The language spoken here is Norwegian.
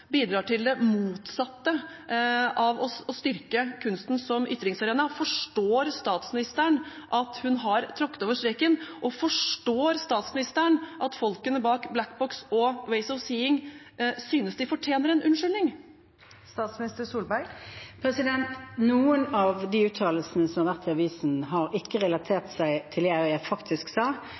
bidrar til det motsatte av å styrke kunsten som ytringsarena? Forstår statsministeren at hun har tråkket over streken, og forstår statsministeren at folkene bak Black Box og Ways of Seeing synes de fortjener en unnskyldning? Noen av de uttalelsene som har stått i avisene, har ikke vært relatert til det jeg faktisk sa,